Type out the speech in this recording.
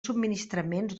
subministraments